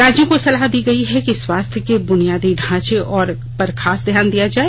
राज्यों को सलाह दी गई है कि स्वास्थ के बुनियादी ढांचे पर खास ध्यान दिया जाए